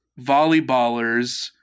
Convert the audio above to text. volleyballers